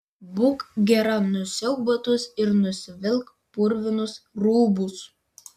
būk gera nusiauk batus ir nusivilk purvinus rūbus